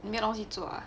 你没有东西做 ah